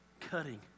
cutting